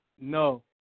No